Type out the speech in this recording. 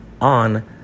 on